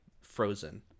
frozen